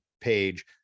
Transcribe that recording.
page